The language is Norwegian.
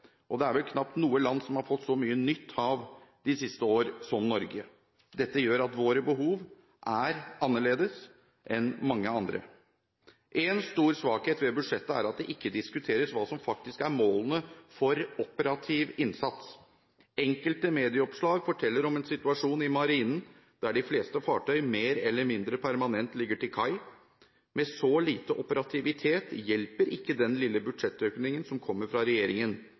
og det er vel knapt noe land som har fått så mye nytt hav de siste år som Norge. Dette gjør at våre behov er annerledes enn mange andres. En stor svakhet ved budsjettet er at det ikke diskuteres hva som faktisk er målene for operativ innsats. Enkelte medieoppslag forteller om en situasjon i Marinen der de fleste fartøy mer eller mindre permanent ligger til kai. Med så lite operativitet hjelper ikke den lille budsjettøkningen som kommer fra regjeringen.